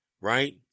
right